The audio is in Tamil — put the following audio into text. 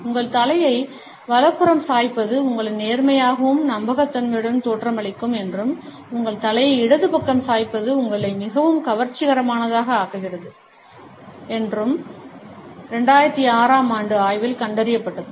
உங்கள் தலையை வலப்புறம் சாய்ப்பது உங்களை நேர்மையாகவும் நம்பகத்தன்மையுடனும் தோற்றமளிக்கும் என்றும் உங்கள் தலையை இடது பக்கம் சாய்ப்பது உங்களை மிகவும் கவர்ச்சிகரமானதாக ஆக்குகிறது என்றும் 2006 ஆம் ஆண்டு ஆய்வில் கண்டறியப்பட்டுள்ளது